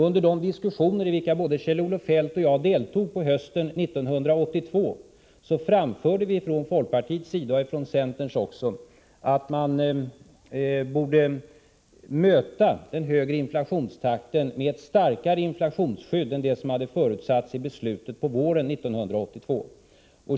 Under de diskussioner i vilka både Kjell-Olof Feldt och jag deltog under hösten 1982 framfördes från folkpartiet och även från centerns sida att ökningen i inflationstakten borde mötas med ett starkare inflationsskydd än vad som hade förutsatts i beslutet våren 1982.